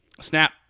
snap